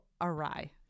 awry